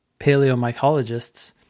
paleomycologists